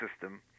system